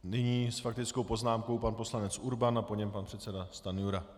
Nyní s faktickou poznámkou pan poslanec Urban, po něm pan předseda Stanjura.